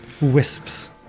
Wisps